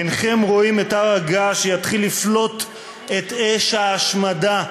אינכם רואים את הר הגעש שיתחיל לפלוט את אש ההשמדה.